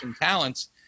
talents